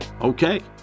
Okay